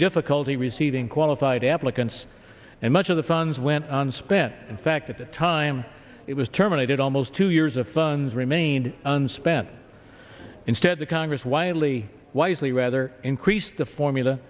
difficulty receiving qualified applicants and much of the funds went on spent in fact at the time it was terminated almost two years of funds remained unspent instead the congress wildly wisely rather increased the formula